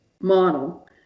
model